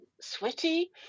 sweaty